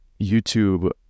YouTube